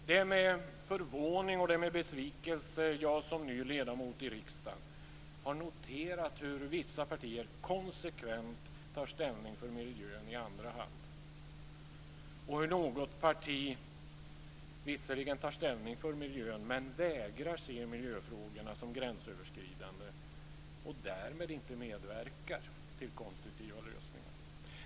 Det är med förvåning och besvikelse som jag som ny ledamot i riksdagen har noterat hur vissa partier konsekvent tar ställning för miljön i andra hand, och hur något parti visserligen tar ställning för miljön men vägrar att se miljöfrågorna som gränsöverskridande och därmed inte medverkar till konstruktiva lösningar.